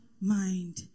mind